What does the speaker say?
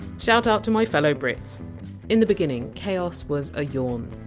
shout out to my fellow brits in the beginning, chaos was a yawn.